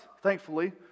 thankfully